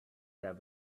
there